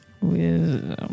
wisdom